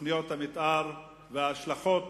תוכניות המיתאר וההשלכות